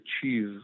achieve